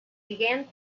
began